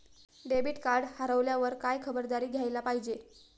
Debit card हरवल्यावर काय खबरदारी घ्यायला पाहिजे?